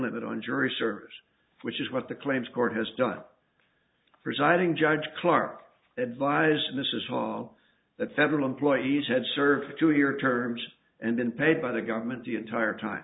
limit on jury service which is what the claims court has done presiding judge clark advised mrs hall that federal employees had served two year terms and been paid by the government the entire time